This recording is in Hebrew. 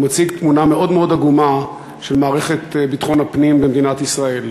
הוא מציג תמונה מאוד עגומה של מערכת ביטחון הפנים במדינת ישראל.